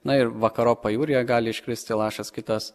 na ir vakarop pajūryje gali iškristi lašas kitas